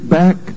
back